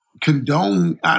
condone